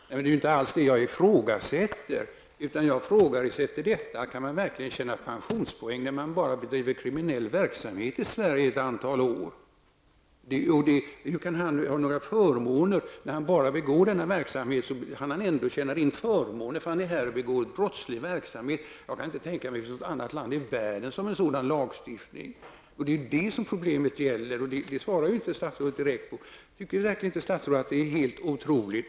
Herr talman! Det är inte alls detta jag ifrågasätter. Jag ifrågasätter att man kan tjäna pensionspoäng genom att bedriva kriminell verksamhet i Sverige ett antal år. Hur kan han få några förmåner när han enbart bedriver denna verksamhet? Han har tjänat in förmåner, eftersom han varit här och bedrivit brottslig verksamhet. Jag kan inte tänka mig något annat land i världen som har en sådan lagstiftning. Det är detta som problemet gäller. Men statsrådet svarar inte direkt på dessa frågor. Tycker verkligen inte statsrådet att detta är helt otroligt?